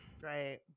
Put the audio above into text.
right